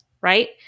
right